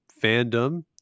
fandom